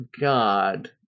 God